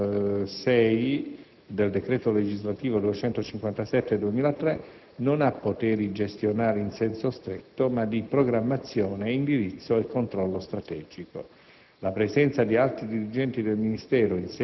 come fatto palese dell'articolo 6 del decreto legislativo n. 257 del 2003, non ha poteri gestionali in senso stretto, ma di programmazione, indirizzo e controllo strategico.